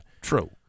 True